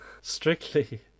Strictly